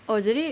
oh jadi